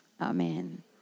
Amen